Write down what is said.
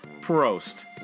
Prost